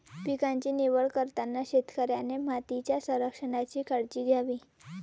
पिकांची निवड करताना शेतकऱ्याने मातीच्या संरक्षणाची काळजी घ्यावी